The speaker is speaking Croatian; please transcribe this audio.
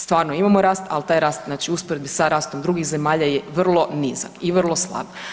Stvarno imamo rast, ali taj rast u usporedbi sa rastom drugih zemalja je vrlo nizak i vrlo slab.